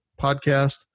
podcast